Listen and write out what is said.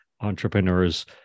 entrepreneurs